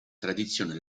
tradizione